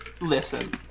Listen